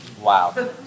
wow